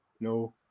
No